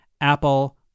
Apple